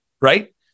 right